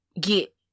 get